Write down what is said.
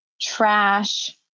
trash